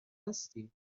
هستی